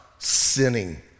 Sinning